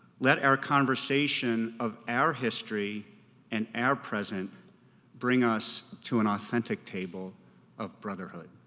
let our conversation of our history and our present bring us to an authentic table of brotherhood.